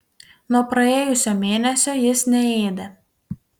nuo praėjusio mėnesio jis neėdė